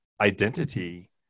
identity